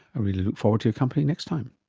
i really look forward to your company next time